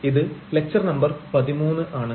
ഇത് lecture number 13 ആണ്